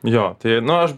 jo tai nu aš